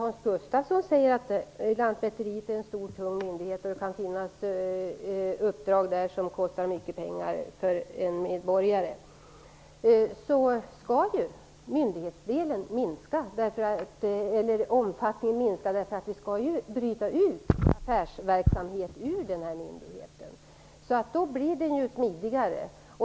Hans Gustafsson säger att Lantmäteriverket är en stor och tung myndighet och att det kan finnas uppdrag som kan kosta mycket pengar för en medborgare. Vi skall minska myndighetsdelens omfattning. Vi skall bryta ut affärsverksamhet ur denna myndighet, och den blir då smidigare.